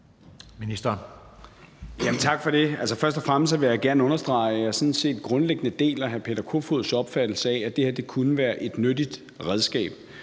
Tak for det. Først og fremmest vil jeg gerne understrege, at jeg sådan set grundlæggende deler hr. Peter Kofods opfattelse af, at det her kunne være et nyttigt redskab.